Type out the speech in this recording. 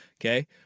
Okay